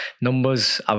numbers